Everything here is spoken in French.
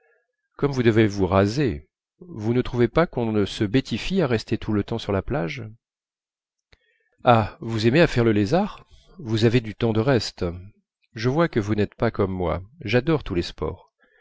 comme vous devez vous raser vous ne trouvez pas qu'on se bêtifie à rester tout le temps sur la plage ah vous aimez à faire le lézard vous avez du temps de reste je vois que vous n'êtes pas comme moi j'adore tous les sports